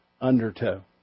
undertow